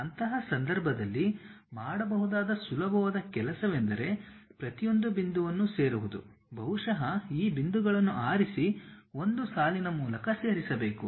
ಅಂತಹ ಸಂದರ್ಭದಲ್ಲಿ ಮಾಡಬಹುದಾದ ಸುಲಭವಾದ ಕೆಲಸವೆಂದರೆ ಪ್ರತಿಯೊಂದು ಬಿಂದುವನ್ನು ಸೇರುವುದು ಬಹುಶಃ ಈ ಬಿಂದುಗಳನ್ನು ಆರಿಸಿ ಒಂದು ಸಾಲಿನ ಮೂಲಕ ಸೇರಿಸಬೇಕು